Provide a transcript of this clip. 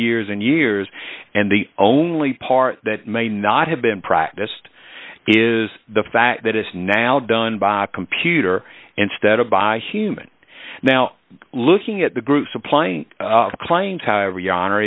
years and years and the only part that may not have been practiced is the fact that it's now done by computer instead of by human now looking at the group supplying claims however jaan or